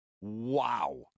Wow